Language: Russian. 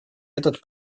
этот